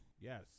Yes